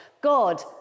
God